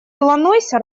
иллинойса